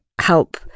help